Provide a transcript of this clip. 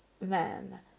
man